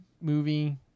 movie